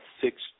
six